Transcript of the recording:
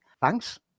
thanks